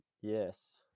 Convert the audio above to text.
Yes